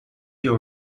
you